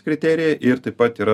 kriterijai ir taip pat yra